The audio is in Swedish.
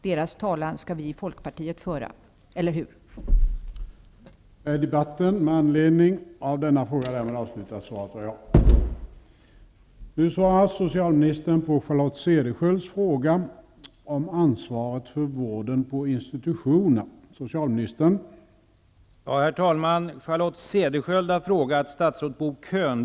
Deras talan skall vi i Folkpartiet föra -- eller hur?